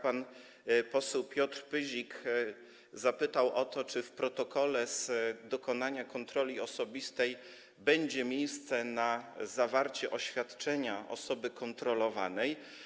Pan poseł Piotr Pyzik zapytał o to, czy w protokole z dokonania kontroli osobistej będzie miejsce na zawarcie oświadczenia osoby kontrolowanej.